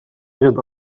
أجد